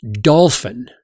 dolphin